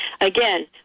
again